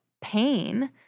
pain